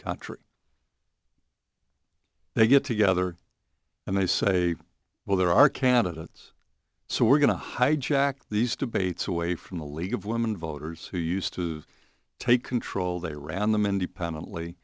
country they get together and they say well there are candidates so we're going to hijack these debates away from the league of women voters who used to take control they ran them independently